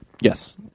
yes